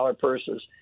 purses